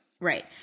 Right